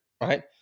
right